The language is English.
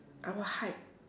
I will hide